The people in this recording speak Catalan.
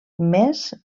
més